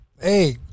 Hey